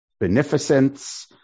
beneficence